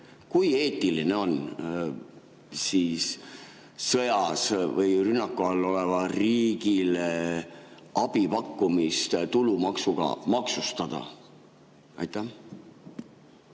Kui eetiline on sõjas või rünnaku all olevale riigile abi pakkumist tulumaksuga maksustada? Tänan,